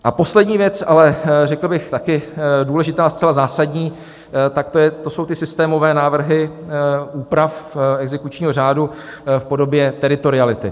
A poslední věc, ale řekl bych taky důležitá, zcela zásadní, jsou systémové návrhy úprav exekučního řádu v podobě teritoriality.